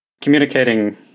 communicating